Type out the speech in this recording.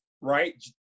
right